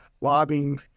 lobbying